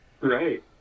Right